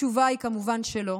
התשובה היא, כמובן שלא.